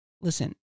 listen